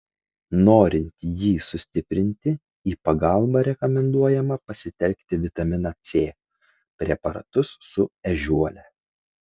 norint jį sustiprinti į pagalbą rekomenduojama pasitelkti vitaminą c preparatus su ežiuole